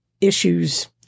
issues